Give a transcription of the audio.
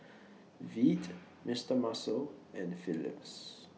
Veet Mister Muscle and Philips